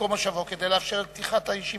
מקום מושבו כדי לאפשר את פתיחת הישיבה.